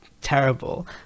terrible